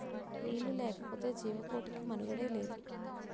నీళ్లు లేకపోతె జీవకోటికి మనుగడే లేదు